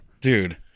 dude